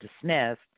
dismissed